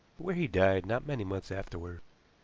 where he died not many months afterward.